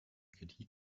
kritik